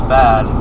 bad